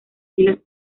filas